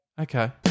Okay